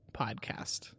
podcast